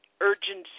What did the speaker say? urgency